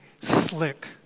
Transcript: slick